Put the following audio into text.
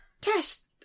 test